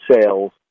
sales